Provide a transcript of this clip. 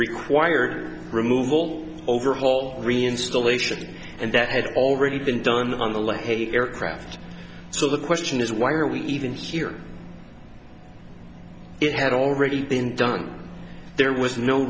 required removal overhaul reinstallation and that had already been done on the left aircraft so the question is why are we even here it had already been done there was no